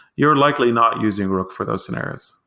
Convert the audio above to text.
you're likely not using rook for those scenarios.